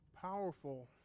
powerful